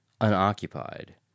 unoccupied